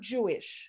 Jewish